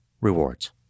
rewards